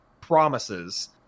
promises